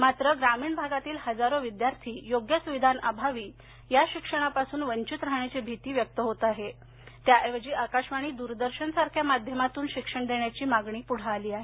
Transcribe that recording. मात्र ग्रामीण भागातील हजारो विद्यार्थी योग्य सुविधांअभावी या शिक्षणापासून वंचित राहण्याची भीती व्यक्त होत असून त्याऐवजी आकाशवाणी दूरदर्शन सारख्या माध्यमातून शिक्षण देण्याची मागणी पुढे आली आहे